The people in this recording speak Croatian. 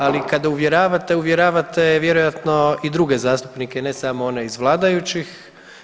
Ali kada uvjeravate, uvjeravate vjerojatno i druge zastupnike, ne samo one iz vladajućih.